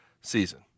season